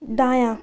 دایاں